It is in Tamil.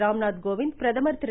ராம்நாத் கோவிந்த் பிரதமர் திரு